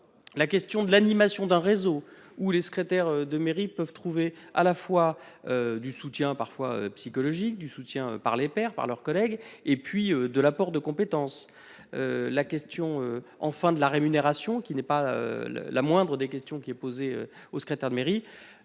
la question de l'animation d'un réseau où les secrétaires de mairie peuvent trouver à la fois. Du soutien parfois psychologique du soutien par les pairs par leurs collègues et puis de l'apport de compétences. La question en fin de la rémunération qui n'est pas. La moindre des questions qui est posée aux secrétaire de mairie,